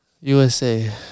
USA